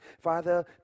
Father